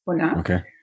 Okay